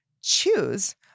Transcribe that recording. choose